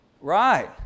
Right